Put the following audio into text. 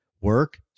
Work